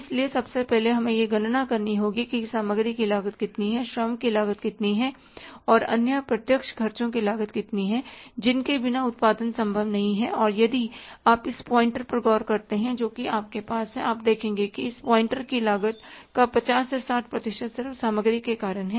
इसलिए सबसे पहले हमें यह गणना करनी होगी कि सामग्री की लागत कितनी है श्रम की लागत कितनी है और अन्य प्रत्यक्ष ख़र्चों की लागत कितनी है जिनके बिना उत्पादन संभव नहीं है और यदि आप इस पॉइंटर पर गौर करते हैं जो कि आपके पास है आप देखेंगे कि इस पॉइंटर की लागत का 50 से 60 प्रतिशत सिर्फ सामग्री के कारण है